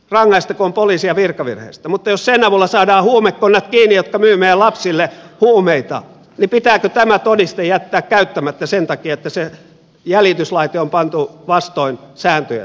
rangaistakoon poliisia virkavirheestä mutta jos sen avulla saadaan kiinni huumekonnat jotka myyvät meidän lapsille huumeita niin pitääkö tämä todiste jättää käyttämättä sen takia että se jäljityslaite on pantu vastoin sääntöjä sinne